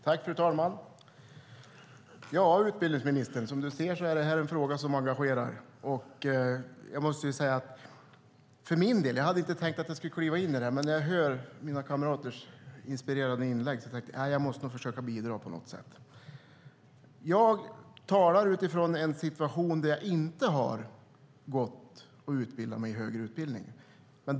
Fru talman! Som utbildningsministern ser är det här en fråga som engagerar. Jag hade inte tänkt gå in i debatten, men när jag hörde mina kamraters inspirerande inlägg tänkte jag att jag måste försöka bidra på något sätt. Jag talar utifrån den situationen att jag inte har en högre utbildning.